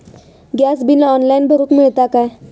Gas bill online भरुक मिळता काय?